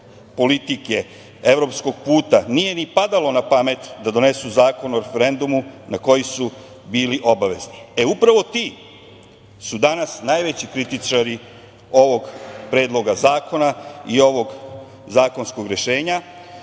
politike, evropskog puta nije ni padalo na pamet da donesu Zakon o referendumu na koji su bili obavezni.E upravo ti su danas najveći kritičari ovog Predloga zakona i ovog zakonskog rešenja.